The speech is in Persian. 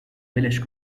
ولش